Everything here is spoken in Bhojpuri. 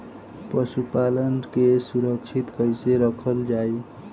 पशुपालन के सुरक्षित कैसे रखल जाई?